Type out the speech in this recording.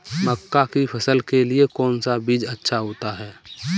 मक्का की फसल के लिए कौन सा बीज अच्छा होता है?